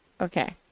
Okay